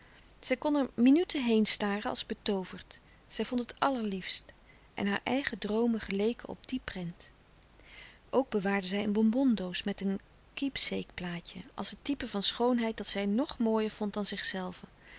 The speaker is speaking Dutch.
kon er minuten heen staren als betooverd zij vond het allerliefst en hare eigen droomen geleken op die prent ook bewaarde zij een bonbon doos met een keepsake plaatje als het type van schoonheid dat zij nog mooier vond dan zichzelve